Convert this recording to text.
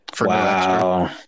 Wow